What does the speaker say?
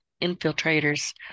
infiltrators